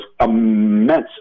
immense